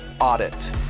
audit